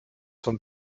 zum